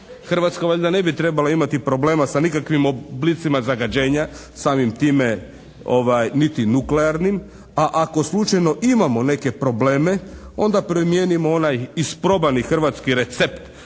Hrvatska valjda ne bi trebala imati problema sa nikakvim oblicima zagađenja. Samim time niti nuklearnim, a ako slučajno imamo neke probleme onda primijenimo onaj isprobani hrvatski recept